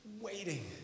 waiting